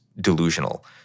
delusional